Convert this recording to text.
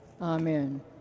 Amen